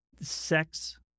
sex